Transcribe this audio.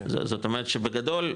זאת אומרת שבגדל,